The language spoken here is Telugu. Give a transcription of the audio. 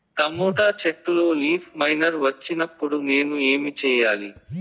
టమోటా చెట్టులో లీఫ్ మైనర్ వచ్చినప్పుడు నేను ఏమి చెయ్యాలి?